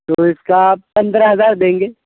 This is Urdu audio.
تو اس کا پندرہ ہزار دیں گے